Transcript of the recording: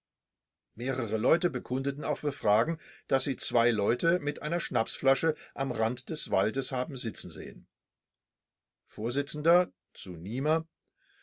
mehrere leute bekundeten auf befragen daß sie zwei leute mit einer schnapsflasche am rande des waldes haben sitzen sehen